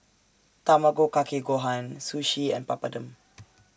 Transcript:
Tamago Kake Gohan Sushi and Papadum